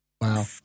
Wow